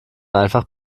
einfach